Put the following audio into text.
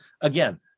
again